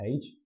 page